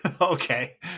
okay